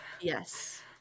Yes